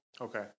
Okay